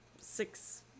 six